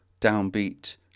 downbeat